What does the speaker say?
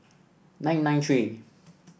nine nine three